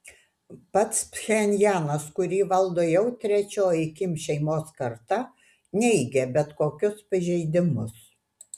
pats pchenjanas kurį valdo jau trečioji kim šeimos karta neigia bet kokius pažeidimus